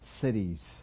cities